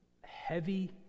heavy